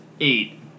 Eight